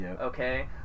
okay